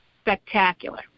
spectacular